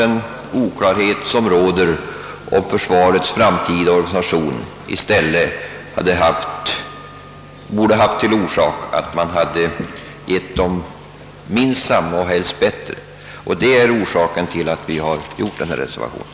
Den oklarhet som råder om försvarets framtida organisation borde i stället vara ytterligare en anledning att ge dem minst samma och helst större resurser. Detta är orsaken till att vi har reserverat Oss.